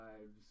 lives